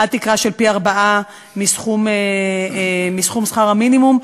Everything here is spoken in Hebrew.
עד תקרה של פי-ארבעה מסכום שכר המינימום,